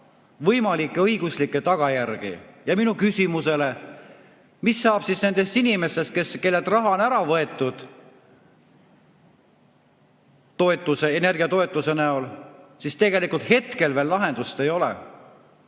võimalikke õiguslikke tagajärgi. Minu küsimusele, mis saab nendest inimestest, kellelt raha on ära võetud energiatoetuse näol, tegelikult hetkel veel lahendust ei ole.